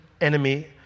enemy